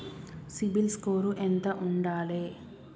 CIBIL score ఎంత ఉండాలే?